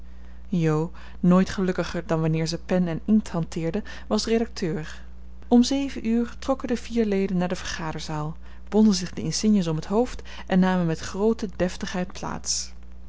jo nooit gelukkiger dan wanneer ze pen en inkt hanteerde was redacteur om zeven uur trokken de vier leden naar de vergaderzaal bonden zich de insignes om het hoofd en namen met groote deftigheid plaats